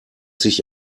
sich